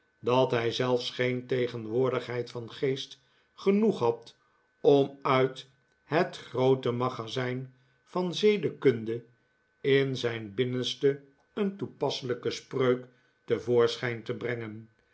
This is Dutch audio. dat hij zelfs geen tegenwoordigheid van geest genoeg had om uit het groote magazijn van zedekunde in zijn binnenste een toepasselijke spreuk te voorschijn te brengen